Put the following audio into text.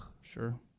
Sure